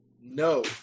No